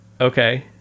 Okay